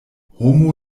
homo